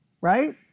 Right